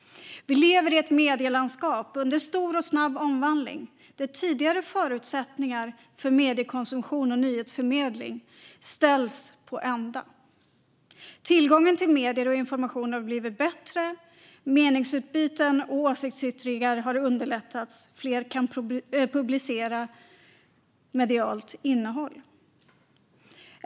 Vi lever i ett medielandskap under stor och snabb omvandling där tidigare förutsättningar för mediekonsumtion och nyhetsförmedling ställs på ända. Tillgången till medier och information har blivit bättre, meningsutbyten och åsiktsyttringar har underlättats och fler kan publicera medialt innehåll.